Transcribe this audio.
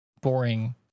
boring